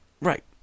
Right